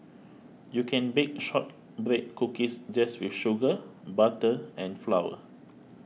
you can bake Shortbread Cookies just with sugar butter and flour